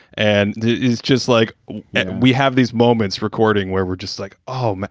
and it's just like we have these moments recording where we're just like, oh, um